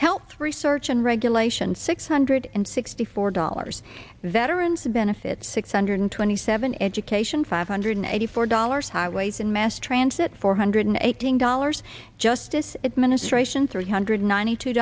health research and regulation six hundred and sixty four dollars veterans benefits six hundred twenty seven education five hundred eighty four dollars highways and mass transit four hundred eighteen dollars justice administration three hundred ninety two